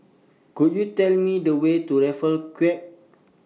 Could YOU Tell Me The Way to Raffles Quay